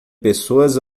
pessoas